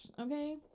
okay